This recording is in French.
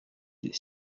des